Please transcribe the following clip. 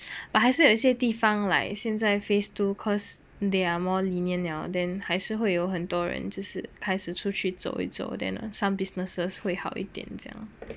but 还是有一些地方来现在 phase two cause they are more lenient liao then 还是会有很多人就是开始出去走一走 then some businesses 会好一点这样